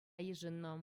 йышӑннӑ